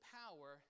power